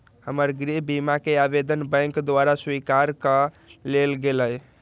हमर गृह बीमा कें आवेदन बैंक द्वारा स्वीकार कऽ लेल गेलय